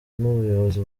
n’ubuyobozi